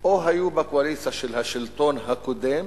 או שהיו בקואליציה של השלטון הקודם